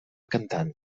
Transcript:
cantant